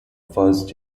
first